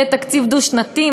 יהיה תקציב דו-שנתי,